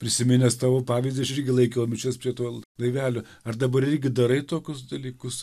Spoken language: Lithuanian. prisiminęs tavo pavyzdys aš irgi laikiau mišias prie to laivelio ar dabar irgi darai tokius dalykus